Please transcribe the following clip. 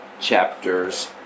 chapters